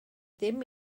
dim